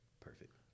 perfect